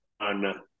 on